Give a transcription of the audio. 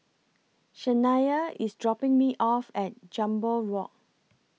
Shania IS dropping Me off At Jambol Walk